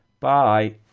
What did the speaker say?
bye